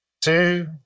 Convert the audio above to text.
two